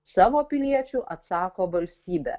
savo piliečių atsako valstybė